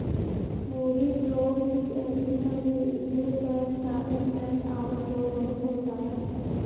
मेरी जॉब ही ऐसी है कि इसमें कैश का इन एंड आउट फ्लो बहुत होता है